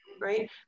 Right